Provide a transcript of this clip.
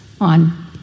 on